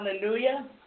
hallelujah